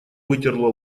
вытерла